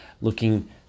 looking